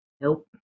nope